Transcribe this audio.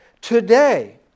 Today